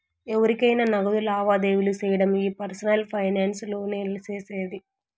ఎవురికైనా నగదు లావాదేవీలు సేయడం ఈ పర్సనల్ ఫైనాన్స్ లోనే సేసేది